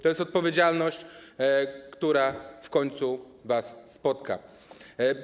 To jest odpowiedzialność, która w końcu was spotka.